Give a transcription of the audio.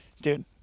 Dude